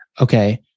okay